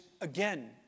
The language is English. again